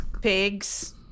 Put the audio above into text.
pigs